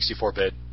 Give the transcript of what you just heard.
64-bit